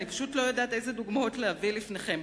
אני פשוט לא יודעת אילו דוגמאות להביא לפניכם.